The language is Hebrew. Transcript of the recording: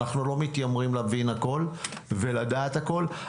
אנחנו לא מתיימרים להבין הכול ולדעת הכול.